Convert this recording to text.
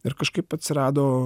ir kažkaip atsirado